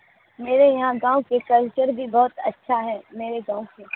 میرے یہاں گاؤں کے کلچر بھی بہت اچھا ہے میرے گاؤں کے